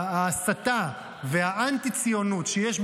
ההסתה והאנטי-ציונות שיש,